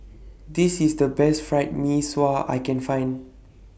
This IS The Best Fried Mee Sua I Can Find